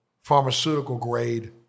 pharmaceutical-grade